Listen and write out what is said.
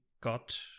got